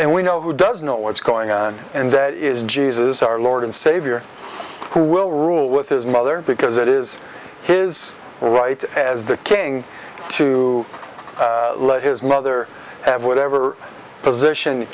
and we know who does know what's going on and that is jesus our lord and savior who will rule with his mother because it is his right as the king to let his mother have whatever position